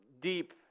deep